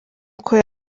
uko